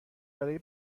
برای